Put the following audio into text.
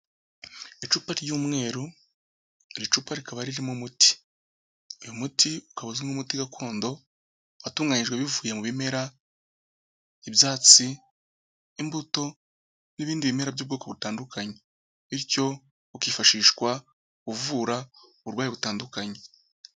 Icupa ry'umweru iri cupa rikaba ririmo umuti, uyu muti ukaba uzwi nk'umuti gakondo, watunganijwe bivuye mu bimera, ibyatsi, imbuto n'ibindi bimera by'ubwoko butandukanye, bityo ukifashishwa uvura uburwayi butandukanye.